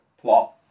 plot